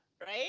right